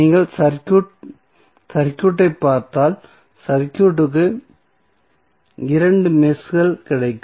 நீங்கள் சர்க்யூட்டை பார்த்தால் சர்க்யூட்க்கு இரண்டு மெஷ்கள் கிடைக்கும்